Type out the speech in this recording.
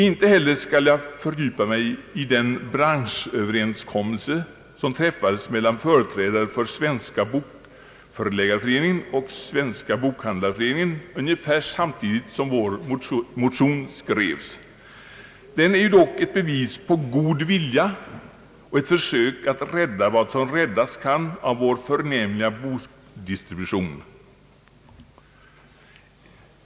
Inte heller skall jag fördjupa mig i den branschöverenskommelse som träffades mellan företrädare för Svenska bokförläggareföreningen och Svenska bokhandlareföreningen ungefär samtidigt som vår motion skrevs. Den är ju dock ett bevis på god vilja och ett försök att rädda vad som räddas kan av vår förnämliga bokdistribution.